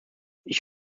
ich